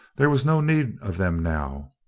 there was no need of them now.